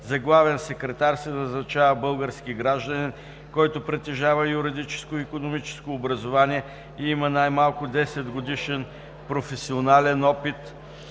За главен секретар се назначава български гражданин, който притежава юридическо и икономическо образование и има най-малко 10-годишен професионален опит